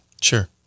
Sure